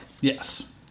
Yes